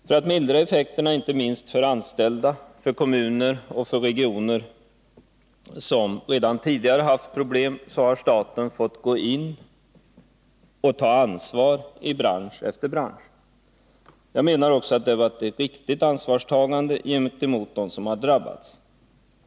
För att mildra effekterna inte minst för de anställda, men också för kommuner och regioner som redan tidigare haft problem har staten tvingats gå in och ta ansvar i bransch efter bransch. Jag menar också att detta varit ett riktigt ansvarstagande gentemot dem som drabbats.